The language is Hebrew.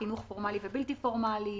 חינוך פורמלי ובלתי פורמלי,